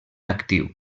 actiu